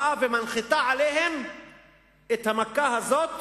באה ומנחיתה עליהם את המכה הזאת